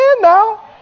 now